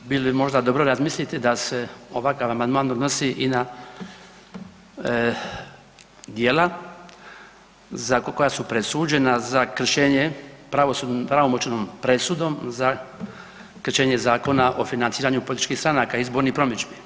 Bilo bi možda dobro razmisliti da se ovakav amandman odnosi i na djela koja su presuđena za kršenje pravomoćnom presudom za kršenje Zakona o financiranju političkih stranaka i izbornih promidžbi.